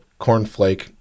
cornflake